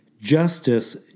justice